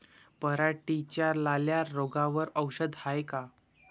पराटीच्या लाल्या रोगावर औषध हाये का?